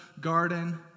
garden